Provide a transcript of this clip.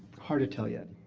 hard to tell yet.